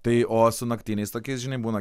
tai o su naktiniais tokiais žinai būna